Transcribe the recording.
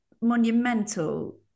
monumental